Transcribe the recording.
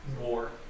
War